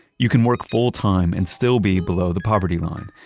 you can work full time and still be below the poverty line.